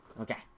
Okay